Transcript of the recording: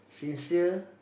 sincere